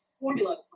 formula